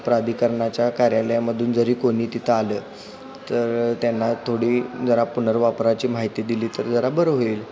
प्राधिकरणाच्या कार्यालयामधून जरी कोणी तिथं आलं तर त्यांना थोडी जरा पुनर्वापराची माहिती दिली तर जरा बरं होईल